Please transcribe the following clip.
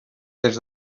des